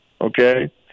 okay